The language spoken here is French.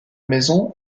maison